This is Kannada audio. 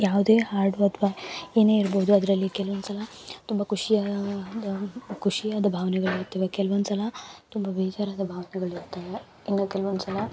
ಯಾವ್ದೆ ಹಾಡು ಅಥ್ವ ಏನೇ ಇರ್ಬೋದು ಅದರಲ್ಲಿ ಕೆಲ್ವೊಂದು ಸಲ ತುಂಬ ಖುಷಿಯ ಒಂದು ಖುಷಿಯಾದ ಭಾವ್ನೆಗಳ್ ಇರುತ್ತವೆ ಕೆಲ್ವೊಂದು ಸಲ ತುಂಬ ಬೇಜಾರಾದ ಭಾವ್ನೆಗಳ್ ಇರುತ್ತವೆ ಇನ್ನು ಕೆಲ್ವೊಂದು ಸಲ